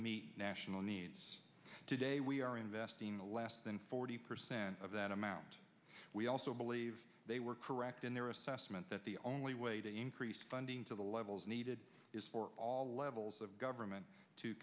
meet national needs today we are investing less than forty percent of that amount we also believe they were correct in their assessment that the only way to increase funding to the levels needed is for all levels of government to